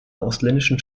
ausländischen